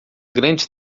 grande